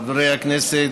חברי הכנסת,